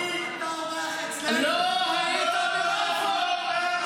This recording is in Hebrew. מה שאתה אומר --- אתה אורח --- לא היית בבלפור.